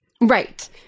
Right